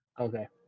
Okay